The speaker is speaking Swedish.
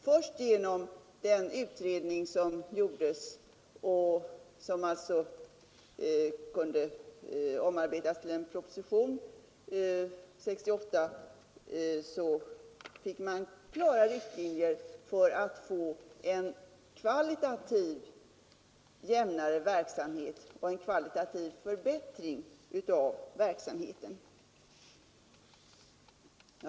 Först genom den utredning som gjordes och som alltså kunde omarbetas till en proposition år 1968 fick man klara riktlinjer för att få en kvalitativt jämnare verksamhet och en kvalitativ förbättring av verksamheten.